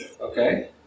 Okay